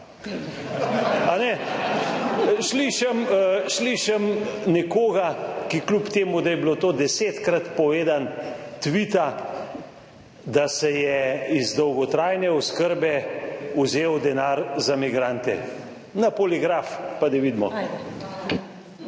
Kajne? Slišim nekoga, ki, kljub temu da je bilo to desetkrat povedano, tvita, da se je iz dolgotrajne oskrbe vzelo denar za migrante. Na poligraf pa da vidimo!